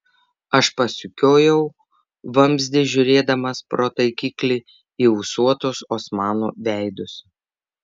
aš pasukiojau vamzdį žiūrėdamas pro taikiklį į ūsuotus osmanų veidus